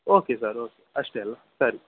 okay sir okay ಅಷ್ಟೇ ಅಲ್ವಾ ಸರಿ